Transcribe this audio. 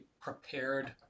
prepared